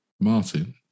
martin